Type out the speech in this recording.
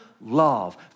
love